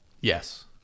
Yes